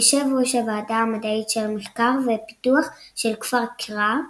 יושב ראש הוועדה המדעית של המחקר ופיתוח של כפר קרע,